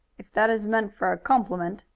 if that is meant for a compliment,